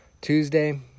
Tuesday